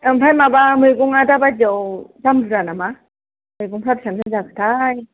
ओमफ्राय माबा मैगंया दा बायदियाव दाम बुरजा नामा मैगंफ्रा बिसिबां दाम जाखोथाय